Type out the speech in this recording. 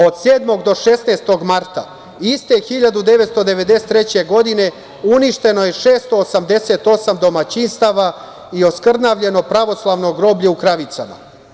Od 7. do 16. marta iste 1993. godine, uništeno je 688 domaćinstava i oskrnavljeno pravoslavno groblje u Kravicama.